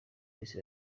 messi